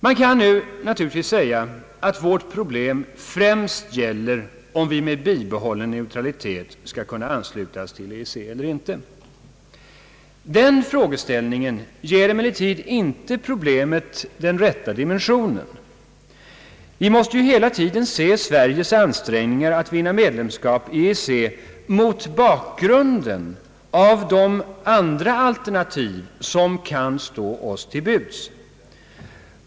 Man kan nu naturligtvis säga att vårt problem främst gäller om vi med bibehållen neutralitet skall kunna ansluta oss till EEC eller inte. Den frågeställningen ger emellertid inte problemet den rätta dimensionen, Vi måste hela tiden se Sveriges ansträngningar att vinna medlemskap i EEC mot bakgrunden av de andra alternativ som kan stå oss till buds.